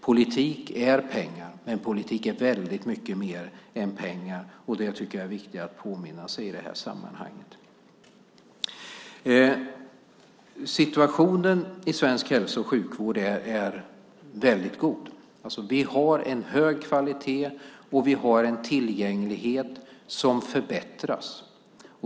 Politik är pengar, men politik är väldigt mycket mer än pengar. Det är viktigt att påminna sig om i detta sammanhang. Situationen för svensk hälso och sjukvård är mycket bra. Vi har en hög kvalitet och en tillgänglighet som förbättras.